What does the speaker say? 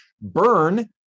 burn